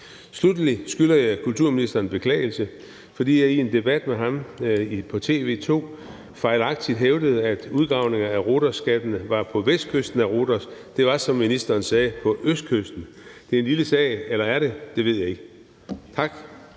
Sluttelig skylder jeg kulturministeren en beklagelse, fordi jeg i en debat med ham på TV 2 fejlagtigt hævdede, at udgravninger af rhodosskattene var på vestkysten af Rhodos. Det var, som ministeren sagde, på østkysten. Det er en lille sag – eller er det? Det ved jeg ikke. Tak.